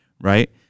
Right